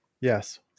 yes